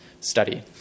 study